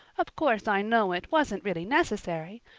of course i know it wasn't really necessary,